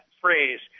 phrase